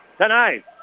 tonight